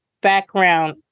background